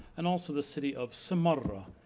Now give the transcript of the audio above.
and also the city of samarra.